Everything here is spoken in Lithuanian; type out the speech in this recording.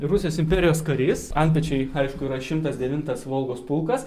rusijos imperijos karys antpečiai aišku yra šimtas devintas volgos pulkas